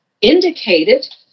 indicated